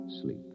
sleep